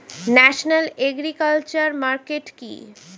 National agriculture market কি?